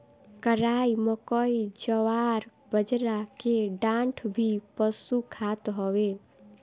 कराई, मकई, जवार, बजरा के डांठ भी पशु खात हवे